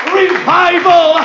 revival